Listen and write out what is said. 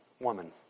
woman